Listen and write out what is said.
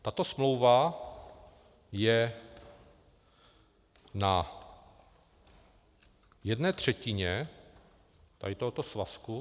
Tato smlouva je na jedné třetině tohoto svazku.